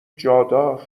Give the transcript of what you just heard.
جادار